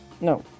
No